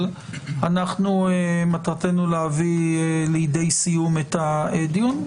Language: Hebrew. אבל מטרתנו להביא לידי סיום את הדיון,